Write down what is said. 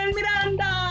Miranda